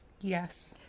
Yes